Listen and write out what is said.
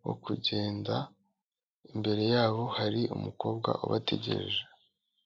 bwo kugenda. Imbere yabo hari umukobwa ubategereje.